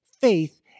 faith